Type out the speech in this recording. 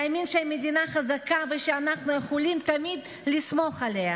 להאמין שהמדינה חזקה ושאנחנו יכולים תמיד לסמוך עליה.